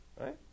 right